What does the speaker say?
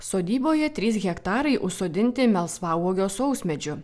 sodyboje trys hektarai užsodinti melsvauogio sausmedžiu